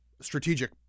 strategic